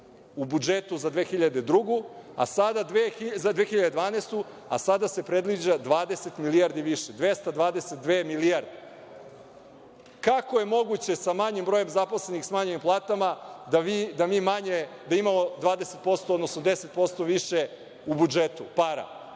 u budžetu za 2012. godinu, a sada se predviđa 20 milijardi više, 222 milijarde. Kako je moguće sa manjim brojem zaposlenih i smanjenim platama da mi imamo 10% više u budžetu para